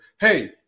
hey